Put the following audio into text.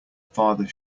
farther